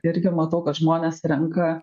irgi matau kad žmonės renka